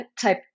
type